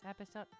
episode